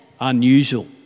unusual